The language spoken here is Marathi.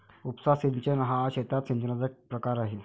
उपसा सिंचन हा शेतात सिंचनाचा एक प्रकार आहे